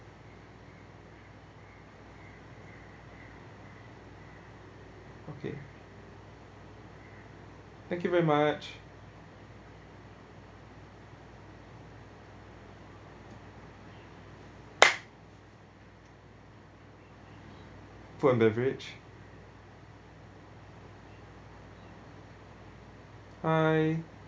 okay thank you very much food and beverage hi